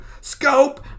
Scope